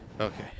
Okay